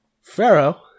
Pharaoh